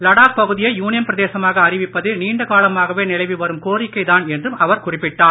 லடாக் பகுதியை யூனியன் பிரதேசமாக அறிவிப்பது நீண்டகாலமாகவே நிலவி வரும் கோரிக்கை தான் என்றும் அவர் குறிப்பிட்டார்